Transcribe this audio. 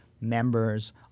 members